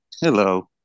Hello